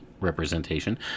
representation